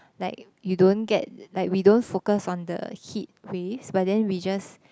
like you don't get like we don't focus on the heat rays but then we just